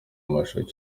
amashusho